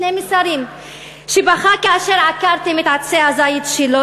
שני מסרים בכה כאשר עקרתם את עצי הזית שלו,